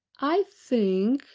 i think,